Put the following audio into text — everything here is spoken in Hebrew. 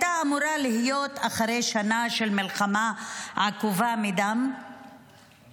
זה היה אמור להיות אחרי שנה של מלחמה עקובה מדם ברציונל